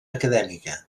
acadèmica